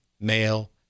male